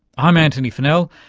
i'm antony funnell,